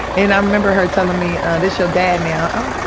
and i remember her telling me, this your dad, now,